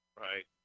Right